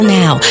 now